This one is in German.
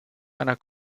einer